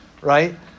right